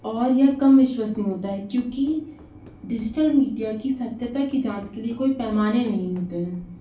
और यह कम विश्वशनीय होता है क्योंकि डिजिटल मीडिया की सत्यता की जाँच के लिए कोई पैमाने नहीं होते हैं